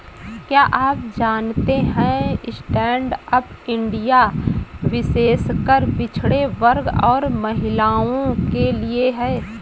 क्या आप जानते है स्टैंडअप इंडिया विशेषकर पिछड़े वर्ग और महिलाओं के लिए है?